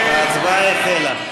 ההצבעה החלה.